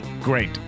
Great